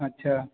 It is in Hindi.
अच्छा